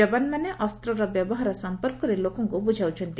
ଯବାନମାନେ ଅସ୍ଚର ବ୍ୟବହାର ସମ୍ପର୍କରେ ଲୋକଙ୍କୁ ବୁଝାଉଛନ୍ତି